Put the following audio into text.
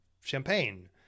champagne